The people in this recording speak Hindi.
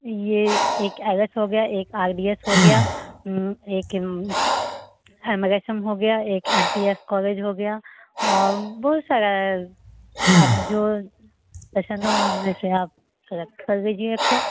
ये एक एल एस हो गया एक आर बी एस हो गया एक एम आर एस एम हो गया एक एम पी एस कॉलेज हो गया और बहुत सारे हैँ आप जो पैशन उनमें से आप सेलेक्ट कर लीजिए एक को